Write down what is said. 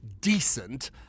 decent